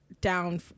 down